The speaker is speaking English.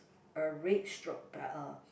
a red straw p~ uh